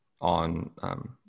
on